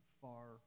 far